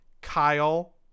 kyle